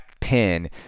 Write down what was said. pin